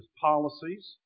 policies